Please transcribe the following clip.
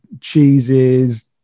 cheeses